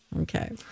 Okay